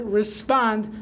respond